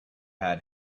had